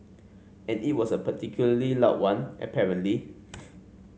and it was a particularly loud one apparently